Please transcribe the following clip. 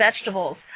vegetables